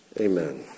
Amen